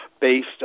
based